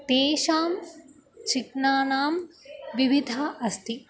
तेषां चित्राणां विविधता अस्ति